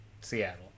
Seattle